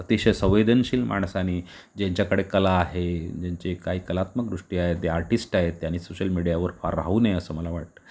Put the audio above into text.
अतिशय संवेदनशील माणसाने ज्यांच्याकडे कला आहे ज्यांचे काही कलात्मक दृष्टी आहे ते आर्टीस्ट आहेत त्यांनी सोशल मीडियावर फार राहू नये असं मला वाटतं